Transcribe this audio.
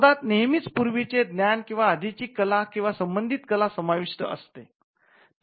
शोधात नेहमीच पूर्वीचे ज्ञान किंवा आधीची कला किंवा संबंधित कला समाविष्ट असते